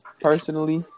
personally